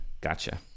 gotcha